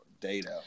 data